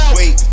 Wait